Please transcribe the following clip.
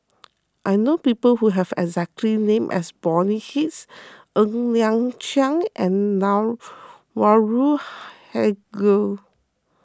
I know people who have exact name as Bonny Hicks Ng Liang Chiang and Anwarul